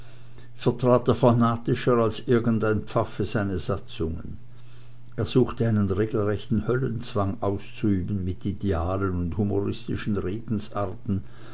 er fanatischer als irgendein pfaffe seine satzungen er suchte einen rechten höllenzwang auszuüben mit idealen und humoristischen redensarten